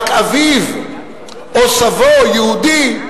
רק אביו או סבו יהודי,